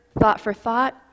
thought-for-thought